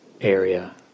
area